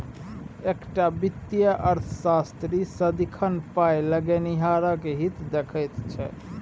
एकटा वित्तीय अर्थशास्त्री सदिखन पाय लगेनिहारक हित देखैत छै